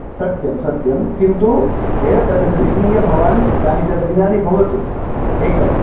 सत्यं सत्यं किन्तु एतद् गृह्णीय भवान् कानिचन दिनानि भवतु एकम्